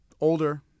older